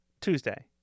Tuesday